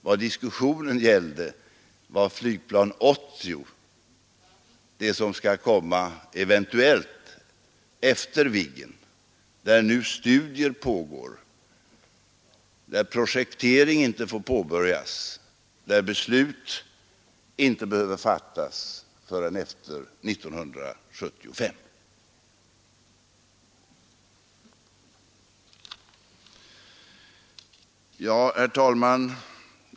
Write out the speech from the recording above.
Vad diskussionen gällde var flygplan 80, det som eventuellt skall komma efter Viggen, om vilket studier pågår men projekteringen inte får påbörjas och beslut inte behöver fattas förrän efter 1975. Herr talman!